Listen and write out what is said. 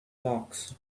blocks